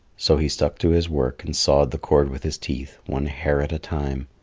so he stuck to his work and sawed the cord with his teeth, one hair at a time.